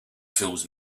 fills